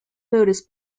peores